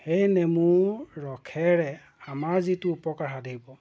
সেই নেমুৰ ৰসেৰে আমাৰ যিটো উপকাৰ সাধিব